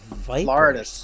Florida